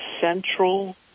central